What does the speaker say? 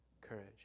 courage